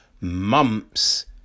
months